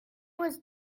was